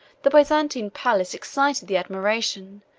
the byzantine palace excited the admiration,